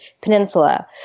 Peninsula